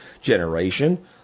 generation